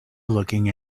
looking